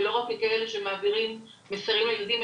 ולא רק ככאלה שמעבירים מסרים לילדים,